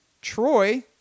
Troy